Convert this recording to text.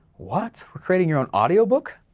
what, we're creating your own audiobook?